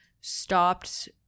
stopped